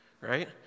right